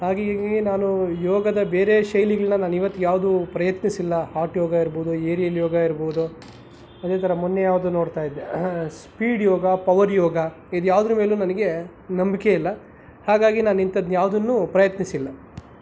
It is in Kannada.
ಹಾಗೆಯೇ ನಾನು ಯೋಗದ ಬೇರೆ ಶೈಲಿಗಳ್ನ ನಾನು ಇವತ್ಗೂ ಯಾವುದೂ ಪ್ರಯತ್ನಿಸಿಲ್ಲ ಹಾಟ್ ಯೋಗ ಇರ್ಬೋದು ಏರಿಯಲ್ ಯೋಗ ಇರ್ಬೋದು ಅದೇ ಥರ ಮೊನ್ನೆ ಯಾವುದೊ ನೋಡ್ತಾ ಇದ್ದೆ ಸ್ಪೀಡ್ ಯೋಗ ಪವರ್ ಯೋಗ ಇದ್ಯಾವ್ದ್ರ ಮೇಲೂ ನನಗೆ ನಂಬಿಕೆ ಇಲ್ಲ ಹಾಗಾಗಿ ನಾನು ಇಂತದ್ನ ಯಾವುದನ್ನೂ ಪ್ರಯತ್ನಿಸಿಲ್ಲ